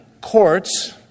courts